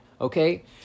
Okay